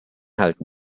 halten